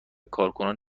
کارکنان